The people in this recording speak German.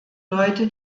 leute